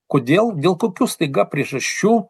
kodėl dėl kokių staiga priežasčių